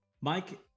Mike